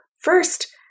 first